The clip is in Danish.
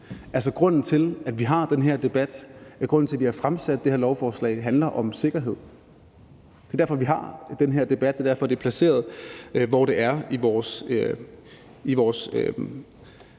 Grunden til, at vi har den her debat, og grunden til, at vi har fremsat det her lovforslag, angår sikkerhed. Det er derfor, vi har den her debat, og det er derfor, det er placeret, hvor det er, i vores